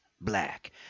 black